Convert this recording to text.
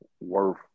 worth